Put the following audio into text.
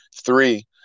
three